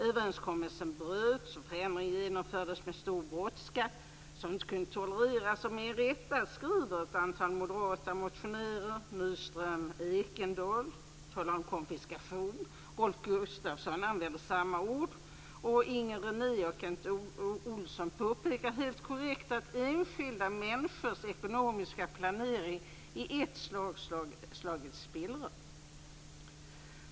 Överenskommelsen bröts och förändringen genomfördes med en stor brådska som inte kunde tolereras, och med rätta skriver ett antal moderata motionärer om detta. Gunnarsson använder samma ord och Inger René och Kent Olsson påpekar helt korrekt att enskilda människors ekonomiska planering i ett slag slagits i spillror.